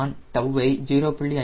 நான் 𝜏 ஐ 0